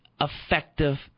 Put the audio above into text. effective